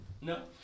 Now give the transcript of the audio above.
No